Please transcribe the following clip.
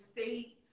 state